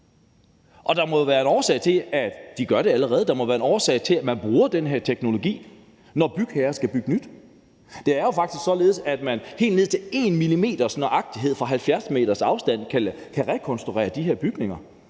der må være en årsag til, at man bruger den her teknologi, når bygherrer skal bygge nyt. Det er jo således, at man helt ned til 1 mm's nøjagtighed fra 70 m's afstand kan rekonstruere de her bygninger.